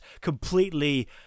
completely